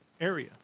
area